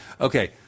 Okay